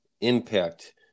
impact